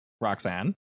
Roxanne